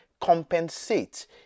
compensate